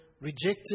rejected